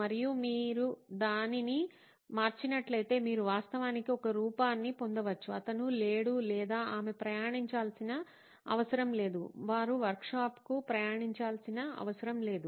మరియు మీరు దానిని మార్చినట్లయితే మీరు వాస్తవానికి ఒక రూపాన్ని పొందవచ్చు అతను లేడు లేదా ఆమె ప్రయాణించాల్సిన అవసరం లేదు వారు వర్క్షాప్కు ప్రయాణించాల్సిన అవసరం లేదు